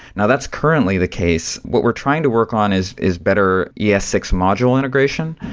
now, that's currently the case. what we're trying to work on is is better, e s six module integration.